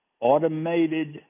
automated